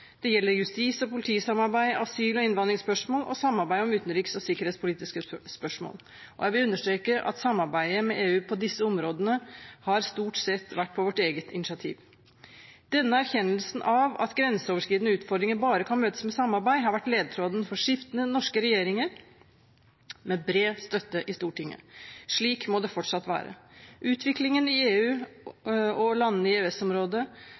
Det gjelder justis- og politisamarbeidet, asyl- og innvandringsspørsmål og samarbeid om utenriks- og sikkerhetspolitiske spørsmål. Jeg vil understreke at samarbeidet med EU på disse områdene stort sett har vært på vårt eget initiativ. Denne erkjennelsen av at grenseoverskridende utfordringer bare kan møtes med samarbeid, har vært ledetråden for skiftende norske regjeringer, med bred støtte i Stortinget. Slik må det fortsatt være. Utviklingen i EU og landene i